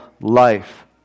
life